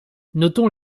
notons